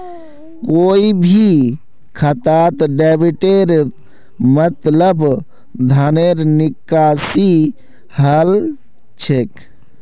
कोई भी खातात डेबिटेर मतलब धनेर निकासी हल छेक